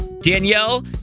Danielle